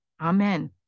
amen